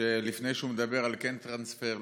שלפני שהוא מדבר על כן טרנספר,